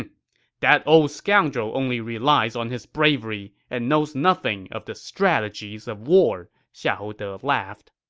and that old scoundrel only relies on his bravery and knows nothing of the strategies of war, xiahou de laughed